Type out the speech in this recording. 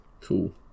Cool